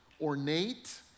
ornate